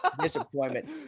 Disappointment